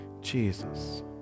Jesus